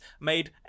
made